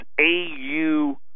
AU